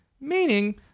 Meaning